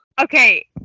Okay